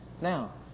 Now